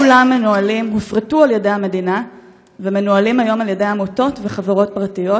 כולם הופרטו על ידי המדינה ומנוהלים כיום על ידי עמותות וחברות פרטיות.